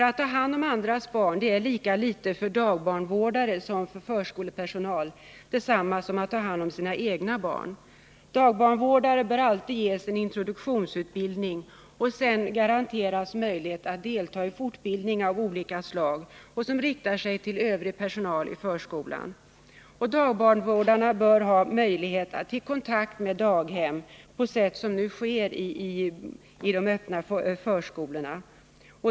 Att ta hand om andras barn är lika litet för dagbarnvårdare som för förskolepersonal detsamma som att ta hand om sina egna barn. Dagbarnvårdare bör alltid ges en introduktionsutbildning och sedan garanteras möjlighet att delta i fortbildning av olika slag som riktar sig till övrig personal i förskolan. Dagbarnvårdarna bör ha möjlighet att ha kontakt med daghem på sätt som nu sker i de öppna förskolorna.